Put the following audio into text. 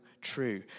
true